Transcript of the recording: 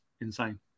insane